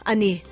Ani